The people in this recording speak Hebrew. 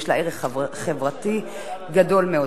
יש לה ערך חברתי גדול מאוד.